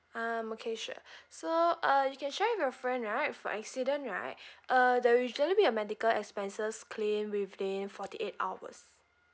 um okay sure so uh you can share with your friend right for accident right uh there usually be a medical expenses claim within forty eight hours